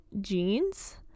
jeans